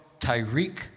Tyreek